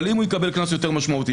אבל אם הוא יקבל קנס יותר משמעותי,